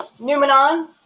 Numenon